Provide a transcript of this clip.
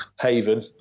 haven